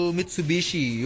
Mitsubishi